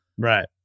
Right